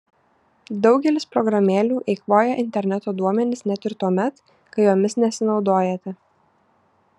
daugelis programėlių eikvoja interneto duomenis net ir tuomet kai jomis nesinaudojate